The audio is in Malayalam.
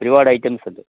ഒരുപാട് ഐറ്റംസുണ്ട്